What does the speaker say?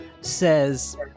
says